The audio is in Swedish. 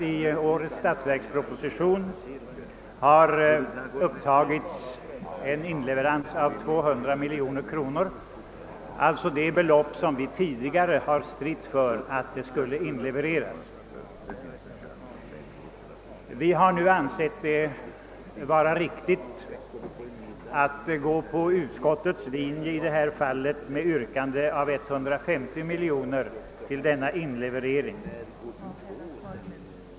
I årets statsverksproposition har upptagits en inleverans av 200 miljoner kronor, alltså det belopp som vi tidigare stritt för. Vi har nu ansett det vara riktigt att gå på utskottets linje i detta fall med yrkande om 150 miljoner till denna inleverering.